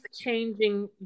changing